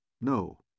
No